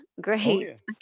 great